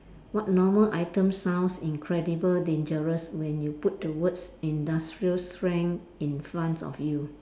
what normal item sounds incredible dangerous when you put the words industrial strength in front of you